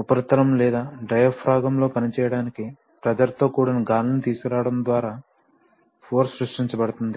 ఉపరితలం లేదా డయాఫ్రాగమ్లో పనిచేయడానికి ప్రెషర్ తో కూడిన గాలిని తీసుకురావడం ద్వారా ఫోర్స్ సృష్టించబడుతుంది